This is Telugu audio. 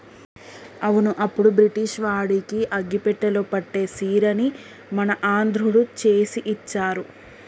అవును అప్పుడు బ్రిటిష్ వాడికి అగ్గిపెట్టెలో పట్టే సీరని మన ఆంధ్రుడు చేసి ఇచ్చారు